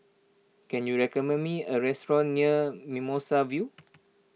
can you recommend me a restaurant near Mimosa View